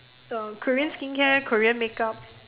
uh Korean skincare Korean makeup